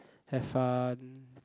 have fun